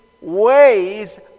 ways